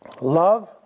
love